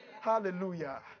Hallelujah